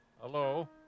hello